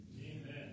Amen